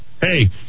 Hey